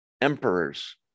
emperors